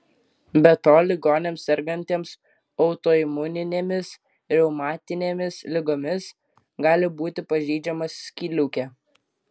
be to ligoniams sergantiems autoimuninėmis reumatinėmis ligomis gali būti pažeidžiama skydliaukė